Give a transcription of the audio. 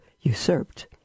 usurped